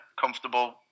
comfortable